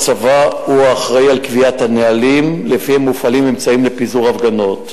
הצבא הוא האחראי לקביעת הנהלים שלפיהם מופעלים אמצעים לפיזור הפגנות.